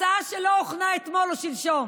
הצעה שלא הוכנה אתמול או שלשום,